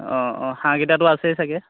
অঁ অঁ হাঁহকেইটাতো আছেই চাগে